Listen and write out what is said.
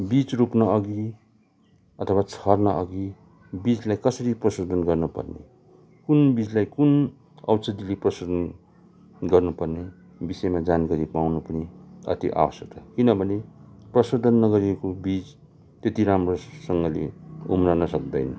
वीज रोप्न अघि अथवा छर्न अघि वीजलाई कसरी प्रशोधन गर्नुपर्ने कुन वीजलाई कुन औषधीले प्रशोधन गर्नुपर्ने बिषयमा जानकारी पाउनु पनि अति आवश्यक छ किनभने प्रशोधन नगरिएको वीज त्यति राम्रोसँगले उम्रन सक्दैन